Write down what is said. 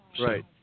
right